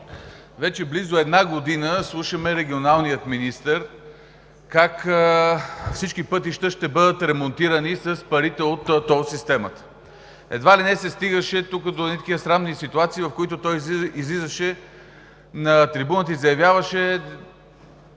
Вече близо една година слушаме регионалния министър как всички пътища ще бъдат ремонтирани с парите от тол системата. Едва ли не се стигаше тук до едни такива срамни ситуации, в които той излизаше на трибуната и заявяваше,